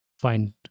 find